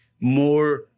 more